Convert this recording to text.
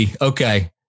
Okay